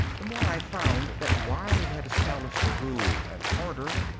the more i found that while it had established a rule and order,